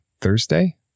Thursday